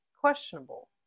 questionable